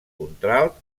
contralt